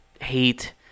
hate